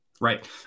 Right